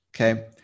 Okay